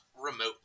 remotely